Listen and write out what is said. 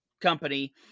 company